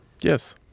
Yes